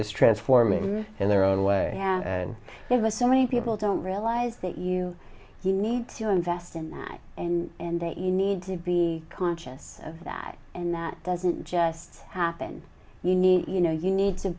transforming in their own way and there's a so many people don't realize that you do need to invest in that and in that you need to be conscious of that and that doesn't just happen you need you know you need to